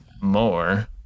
more